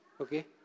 okay